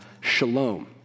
shalom